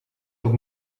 ook